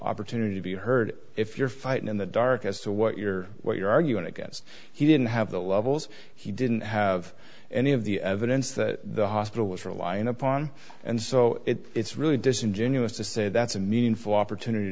opportunity to be heard if you're fighting in the dark as to what you're what you're arguing against he didn't have the levels he didn't have any of the evidence that the hospital was relying upon and so it's really disingenuous to say that's a meaningful opportunity